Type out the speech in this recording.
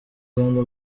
rwanda